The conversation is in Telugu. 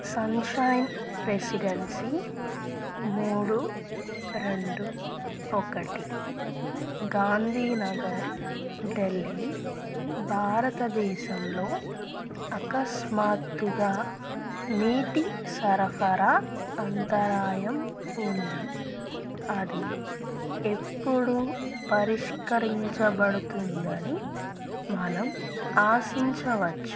సన్షైన్ రెసిడెన్సీ మూడు రెండు ఒకటి గాంధీ నగర్ డెల్లీ భారతదేశంలో అకస్మాత్తుగా నీటి సరఫరా అంతరాయం ఉంది అది ఎప్పుడు పరిష్కరించబడుతుందని మనం ఆశించవచ్చు